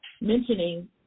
mentioning